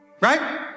Right